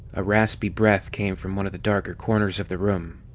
a raspy breath came from one of the darker corners of the room.